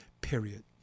period